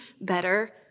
better